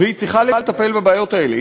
והיא צריכה לטפל בבעיות האלה.